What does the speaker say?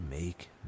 make